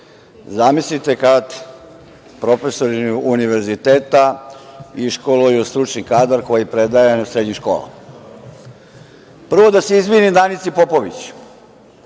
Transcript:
zamislite kada profesori univerziteta iškoluju stručni kadar koji predaje u srednjim školama? Prvo da se izvinim Danici Popović,